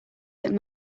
that